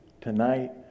tonight